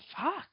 Fuck